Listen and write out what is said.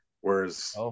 whereas